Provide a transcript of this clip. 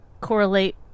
correlate